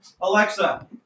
Alexa